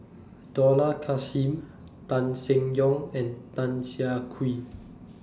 Dollah Kassim Tan Seng Yong and Tan Siah Kwee